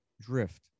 drift